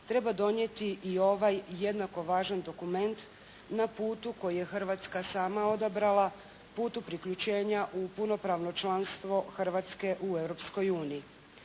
treba donijeti i ovaj jednako važan dokument na putu koji je Hrvatska sama odabrala, putu priključenja u punopravno članstvo Hrvatske u